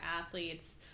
athletes